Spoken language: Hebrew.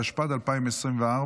התשפ"ד 2024,